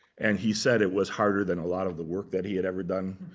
and he said, it was harder than a lot of the work that he had ever done,